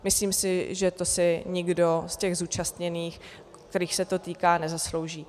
Myslím si, že to si nikdo z těch zúčastněných, kterých se to týká, nezaslouží.